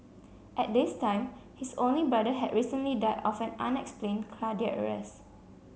at this time his only brother had recently died of an unexplained cardiac arrest